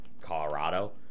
Colorado